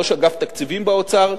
ראש אגף התקציבים באוצר,